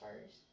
first